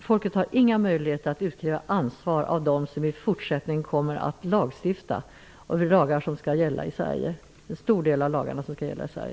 Folket har inga möjligheter att utkräva ansvar av dem som i fortsättningen kommer att lagstifta om en stor del av de lagar som skall gälla i